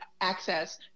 access